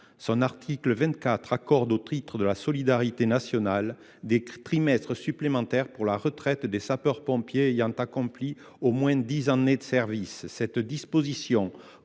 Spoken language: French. dont l’article 24 accorde, au titre de la solidarité nationale, des trimestres supplémentaires pour la retraite des sapeurs pompiers volontaires ayant accompli au moins dix années de service. Cette disposition